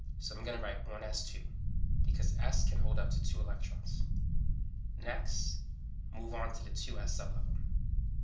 so i'm going to write one s two because s can hold up to two electrons next move on to the two s sublevel.